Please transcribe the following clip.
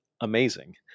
Amazing